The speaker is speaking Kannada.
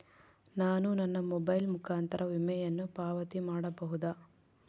ನಾನು ನನ್ನ ಮೊಬೈಲ್ ಮುಖಾಂತರ ವಿಮೆಯನ್ನು ಪಾವತಿ ಮಾಡಬಹುದಾ?